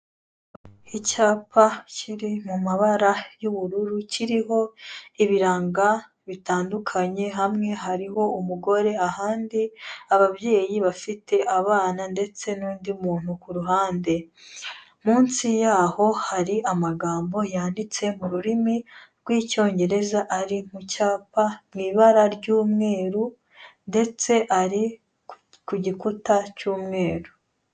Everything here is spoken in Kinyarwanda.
Icyapa kiri mu mabara y'ubururu kiriho ibirango bitandukanye. Hamwe hariho umugore, ahandi ababyeyi bafite abana ndetse n'undi muntu ku ruhande. Munsi yaho hari amagambo yanditse mu rurimi rw'Icyongereza, ari mu cyapa mu ibara ry'umweru, ndetse ari ku gikuta cy'umweru.